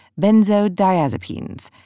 benzodiazepines